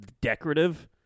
decorative